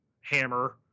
hammer